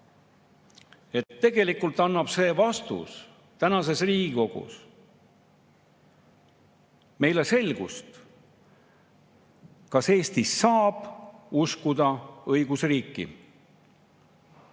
Tegelikult annab see vastus tänases Riigikogus meile selgust, kas Eestis saab uskuda õigusriiki.